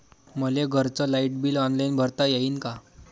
मले घरचं light bill online भरता येईन का?